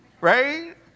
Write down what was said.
Right